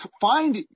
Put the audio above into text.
find